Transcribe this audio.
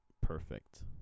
perfect